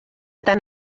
tant